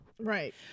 Right